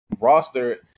roster